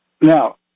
Now